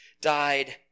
died